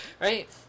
right